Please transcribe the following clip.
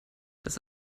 das